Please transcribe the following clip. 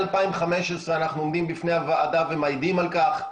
מ-2015 אנחנו עומדים בפני הוועדה ומעידים על כך.